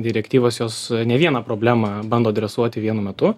direktyvos jos ne vieną problemą bando adresuoti vienu metu